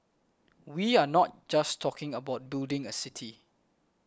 we are not just talking about building a city